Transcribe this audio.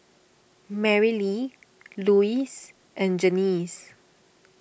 Marylee Luis and Janice